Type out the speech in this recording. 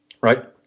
right